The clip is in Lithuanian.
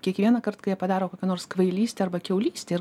kiekvienąkart kai jie padaro kokią nors kvailystę arba kiaulystę ir